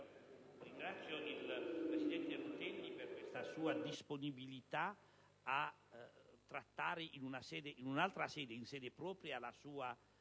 ringrazio il presidente Rutelli per questa sua disponibilità a trattare in un'altra sede, in sede propria, la sua